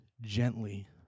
gently